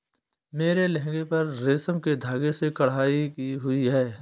मेरे लहंगे पर रेशम के धागे से कढ़ाई की हुई है